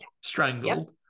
strangled